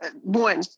One